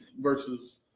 versus